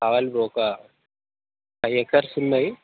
కావాలి బ్రో ఒక five acres ఉన్నాయి